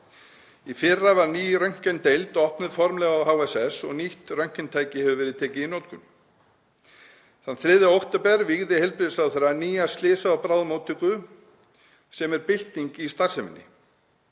Í fyrra var ný röntgendeild opnuð formlega á HSS og nýtt röntgentæki hefur verið tekið í notkun. Þann 3. október vígði heilbrigðisráðherra nýja slysa- og bráðamóttöku sem er bylting í starfseminni.